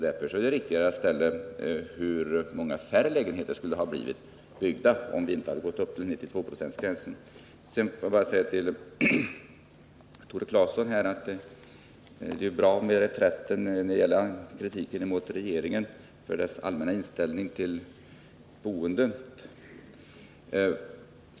Därför är det riktigare att fråga hur många färre lägenheter som skulle ha blivit byggda om vi inte infört 92-procentsgränsen. Sedan vill jag bara till Tore Claeson säga att det är bra med reträtten när det gäller kritiken mot regeringen för dess allmänna inställning till boendet.